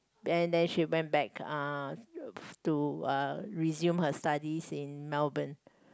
then then she went back uh to uh resume her study in Melbourne